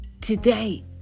today